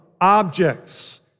objects